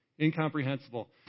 incomprehensible